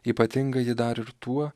ypatinga ji dar ir tuo